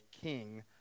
king